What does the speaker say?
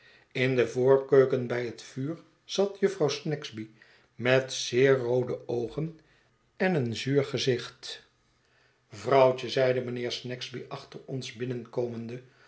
in de voorkeuken bij het vuur zat jufvrouw snagsby met zeer roode oogen en een zuur gezicht vrouwtje zeide mijnheer snagsby achter ons binnenkomende